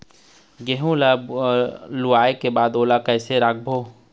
गेहूं ला लुवाऐ के बाद ओला कइसे राखबो?